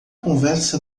conversa